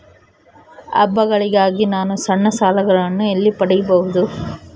ಹಬ್ಬಗಳಿಗಾಗಿ ನಾನು ಸಣ್ಣ ಸಾಲಗಳನ್ನು ಎಲ್ಲಿ ಪಡಿಬಹುದು?